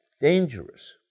Dangerous